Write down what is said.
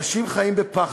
אנשים חיים בפחד,